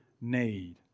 need